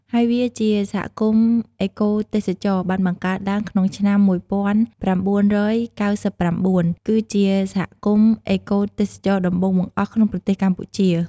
ហើយវាជាសហគមន៍អេកូទេសចរណ៍ បានបង្កើតឡើងក្នុងឆ្នាំមួយពាន់ប្រាំបួនរយកៅសិបប្រាំបួន គឺជាសហគមន៍អេកូទេសចរណ៍ដំបូងបង្អស់ក្នុងប្រទេសកម្ពុជា។